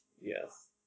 Yes